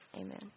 amen